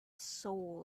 soul